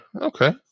Okay